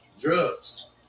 drugs